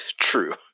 True